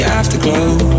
afterglow